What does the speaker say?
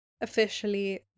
officially